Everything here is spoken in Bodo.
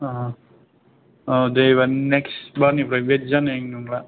औ दे एबार नेक्सट बारनिफ्राय बेबायदि जानाय नंला